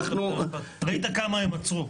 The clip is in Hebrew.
ראית כמה הם עצרו.